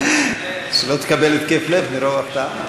שלא תקבל התקף לב מרוב הפתעה.